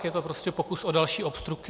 Je to prostě pokus o další obstrukci.